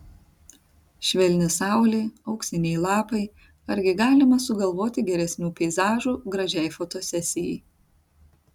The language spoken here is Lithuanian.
švelni saulė auksiniai lapai argi galima sugalvoti geresnių peizažų gražiai fotosesijai